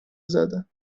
زدن